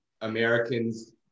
Americans